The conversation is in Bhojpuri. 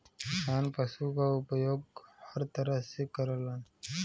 किसान पसु क उपयोग हर तरह से करलन